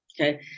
Okay